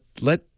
let